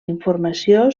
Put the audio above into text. informació